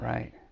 Right